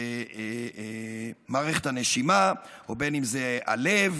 ומערכת הנשימה, ובין שזה הלב